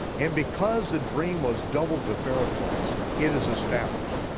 and because the dream was doubled to pharaoh twice, it is established,